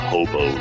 Hobo